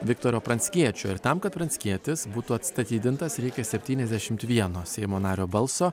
viktoro pranckiečio ir tam kad pranckietis būtų atstatydintas reikia septyniasdešimt vieno seimo nario balso